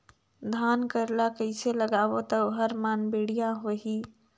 धान कर ला कइसे लगाबो ता ओहार मान बेडिया होही?